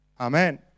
Amen